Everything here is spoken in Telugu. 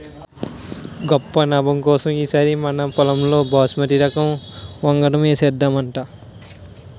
గొప్ప నాబం కోసం ఈ సారి మనపొలంలో బాస్మతి రకం వంగడం ఏసేద్దాంరా